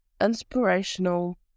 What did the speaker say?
inspirational